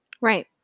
Right